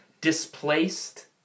displaced